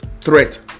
threat